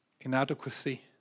Inadequacy